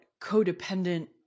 codependent